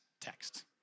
text